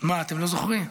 מה, אתם לא זוכרים?